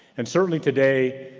and certainly today,